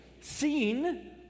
Seen